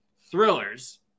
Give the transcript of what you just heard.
thrillers